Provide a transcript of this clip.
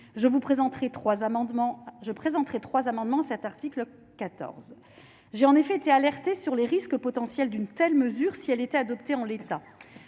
je présenterai 3 amendements cet article 14 j'ai en effet été alerté sur les risques potentiels d'une telle mesure, si elle était adoptée en l'état,